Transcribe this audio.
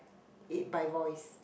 it by voice